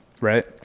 right